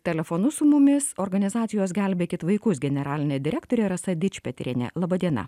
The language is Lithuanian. telefonu su mumis organizacijos gelbėkit vaikus generalinė direktorė rasa dičpetrienė laba diena